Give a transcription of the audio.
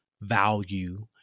value